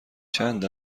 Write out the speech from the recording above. چند